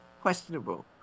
questionable